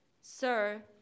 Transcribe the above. sir